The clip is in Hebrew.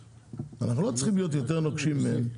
אנחנו לא צריכים להיות יותר נוקשים מהם.